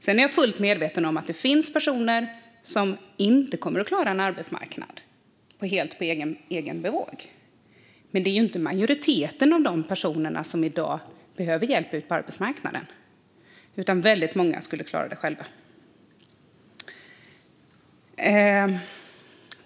Jag är fullt medveten om att det finns personer som inte kommer att klara sig på arbetsmarknaden själv, men det gäller inte majoriteten av de personer som i dag behöver hjälp. Många skulle klara sig själva.